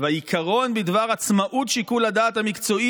והעיקרון בדבר עצמאות שיקול הדעת המקצועי